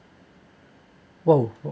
!wow!